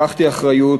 לקחתי אחריות